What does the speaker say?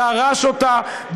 דרש אותה,